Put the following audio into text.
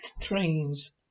trains